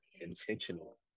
intentional